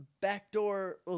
backdoor